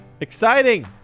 exciting